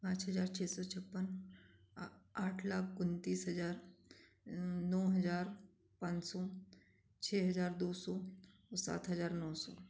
पाँच हज़ार छ सौ छप्पन आठ लाख उनतीस हज़ार दो हज़ार पाँच सौ छ हज़ार दो सौ सात हज़ार दो सौ